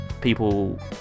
people